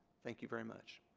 thank you very much.